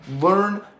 Learn